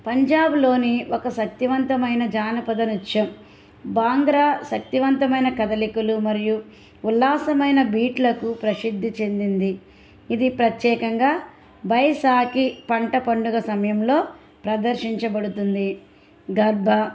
పంజాబ్లోని ఒక శక్తివంతమైన జానపద నృత్యం బాంగ్రా శక్తివంతమైన కదలికలు మరియు ఉల్లాసమైన బీట్లకు ప్రసిద్ధి చెందింది ఇది ప్రత్యేకంగా బైసాఖి పంట పండుగ సమయంలో ప్రదర్శించబడుతుంది గర్భ